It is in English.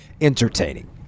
entertaining